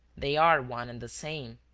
they are one and the same.